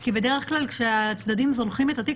כי בדרך כלל כשהצדדים זונחים את התיק,